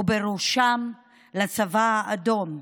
ובראשם לצבא האדום,